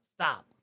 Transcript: stop